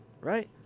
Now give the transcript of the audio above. Right